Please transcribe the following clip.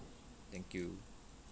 thank you